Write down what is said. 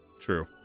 True